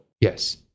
Yes